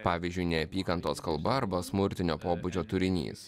pavyzdžiui neapykantos kalba arba smurtinio pobūdžio turinys